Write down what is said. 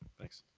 thanks.